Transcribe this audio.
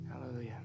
Hallelujah